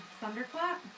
thunderclap